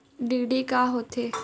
DD का होथे?